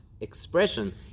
expression